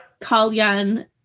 Kalyan